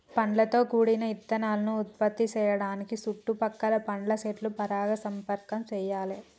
పండ్లతో గూడిన ఇత్తనాలను ఉత్పత్తి సేయడానికి సుట్టు పక్కల పండ్ల సెట్ల పరాగ సంపర్కం చెయ్యాలే